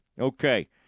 Okay